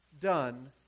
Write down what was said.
done